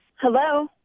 Hello